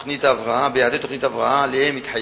העירייה לא עמדה ביעדי תוכנית ההבראה שלהם התחייבה,